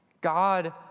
God